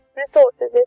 resources